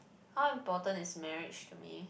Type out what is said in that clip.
how important is marriage to me